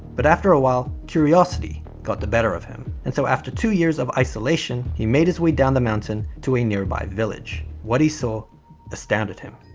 but after a while, curiosity got the better of him. and so after two years of isolation he made his way down the mountain to a nearby village. what he saw astounded him.